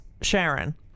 Sharon